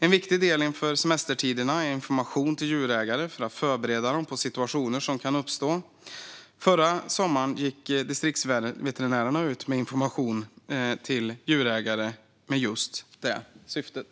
En viktig del inför semestertiderna är information till djurägare för att förbereda dem på situationer som kan uppstå. Förra sommaren gick distriktsveterinärerna ut med information till djurägare med just det syftet.